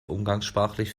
umgangssprachlich